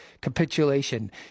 capitulation